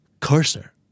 Cursor